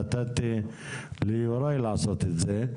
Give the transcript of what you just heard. נתתי ליוראי לעשות את זה.